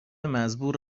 مزبور